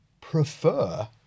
prefer